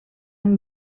amb